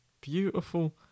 Beautiful